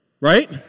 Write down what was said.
Right